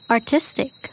Artistic